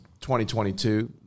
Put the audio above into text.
2022